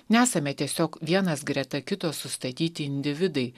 nesame tiesiog vienas greta kito sustatyti individai